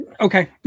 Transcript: okay